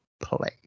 play